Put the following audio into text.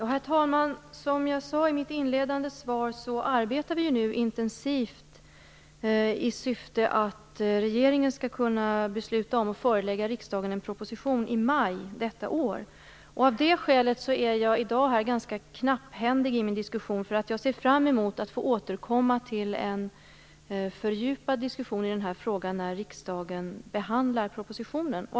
Herr talman! Som jag sade i mitt inledande svar arbetar vi nu intensivt i syfte att regeringen skall kunna besluta om att förelägga riksdagen en proposition i maj detta år. Av det skälet är jag i dag ganska knapphändig i min diskussion. Jag ser fram emot att få återkomma till en fördjupad diskussion i denna fråga när riksdagen behandlar propositionen.